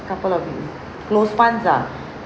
couple of it closed funds ah